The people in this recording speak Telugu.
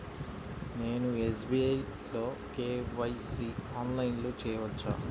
నేను ఎస్.బీ.ఐ లో కే.వై.సి ఆన్లైన్లో చేయవచ్చా?